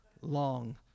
long